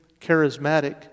charismatic